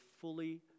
fully